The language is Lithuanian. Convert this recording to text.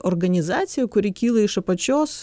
organizacija kuri kyla iš apačios